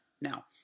Now